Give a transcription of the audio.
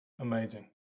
Amazing